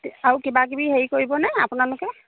আৰু কিবা কিবি হেৰি কৰিবনে আপোনালোকে